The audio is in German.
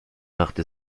machte